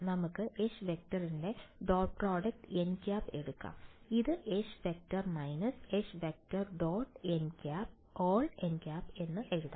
നമുക്ക് H→ ന്റെ dot product nˆ എടുക്കാം ഇത് H→ − H→ · nˆnˆ എന്ന് എഴുതാം